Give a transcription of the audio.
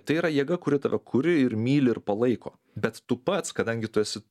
tai yra jėga kuri tave kuri ir myli ir palaiko bet tu pats kadangi tu esi